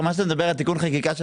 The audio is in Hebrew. מה שאתה מדבר זה על תיקון חקיקה של